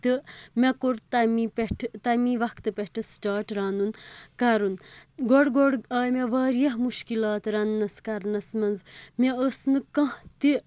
تہٕ مےٚ کوٚر تَمی پٮ۪ٹھٕ تَمی وَقتہٕ پٮ۪ٹھٕ سِٹاٹ رَنُن کَرُن گۄڈٕ گۄڈٕ آے مےٚ واریاہ مُشکِلات رَنٛنَس کَرنَس منٛز مےٚ ٲس نہٕ کانٛہہ تہِ